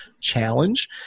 challenge